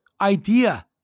idea